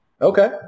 Okay